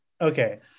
okay